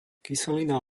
kyselina